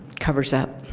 covers up.